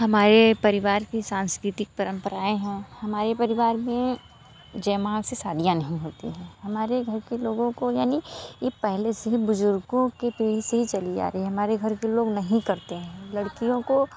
हमारे परिवार की सांस्कृतिक परम्परा हैं हमारे परिवार में जयमाल से शादियाँ नहीं होती हमारे घर के लोगों को यानि यह पहले से ही बुजुर्गों के पीढ़ी से चली आ रहे हमारे घर पर लोग नहीं करते हैं लड़कियों को